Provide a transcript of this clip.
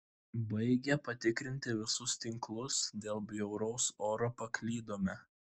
baigę patikrinti visus tinklus dėl bjauraus oro paklydome